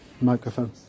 microphone